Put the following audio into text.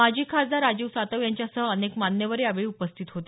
माजी खासदार राजीव सातव यांच्यासह अनेक मान्यवर यावेळी उपस्थित होते